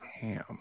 Ham